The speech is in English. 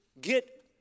Get